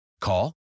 Call